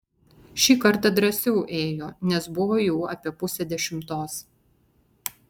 šį kartą drąsiau ėjo nes buvo jau apie pusė dešimtos